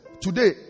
today